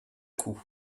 coup